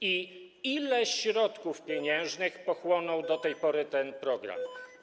Ile środków pieniężnych pochłonął do tej pory ten program?